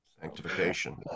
sanctification